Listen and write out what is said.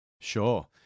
Sure